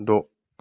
द'